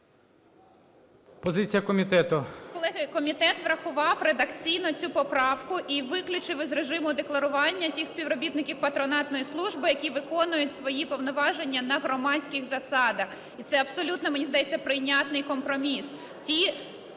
Колеги, комітет врахував редакційно цю поправку і виключив із режиму декларування тих співробітників патронатної служби, які виконують свої повноваження на громадських засадах. І це абсолютно, мені здається, прийнятний компроміс.